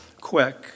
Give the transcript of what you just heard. quick